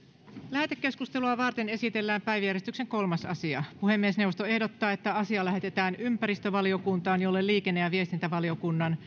lähetekeskustelua varten esitellään päiväjärjestyksen kolmas asia puhemiesneuvosto ehdottaa että asia lähetetään ympäristövaliokuntaan jolle liikenne ja viestintävaliokunnan